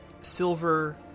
silver